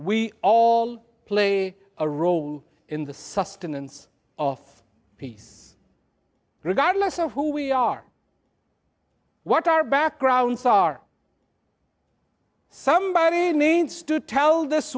we all play a role in the sustenance of peace regardless of who we are what our backgrounds are somebody needs to tell this